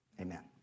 Amen